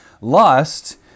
Lust